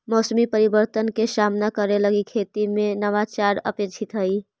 मौसमी परिवर्तन के सामना करे लगी खेती में नवाचार अपेक्षित हई